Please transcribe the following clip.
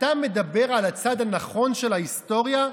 אתה מדבר על הצד הנכון של ההיסטוריה?